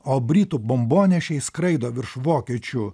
o britų bombonešiai skraido virš vokiečių